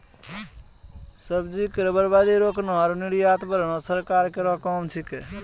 सब्जी केरो बर्बादी रोकना आरु निर्यात बढ़ाना सरकार केरो लक्ष्य छिकै